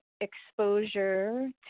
exposure